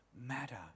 matter